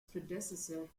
predecessor